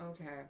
Okay